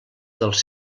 dels